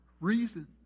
reason